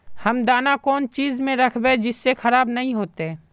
हम दाना कौन चीज में राखबे जिससे खराब नय होते?